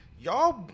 y'all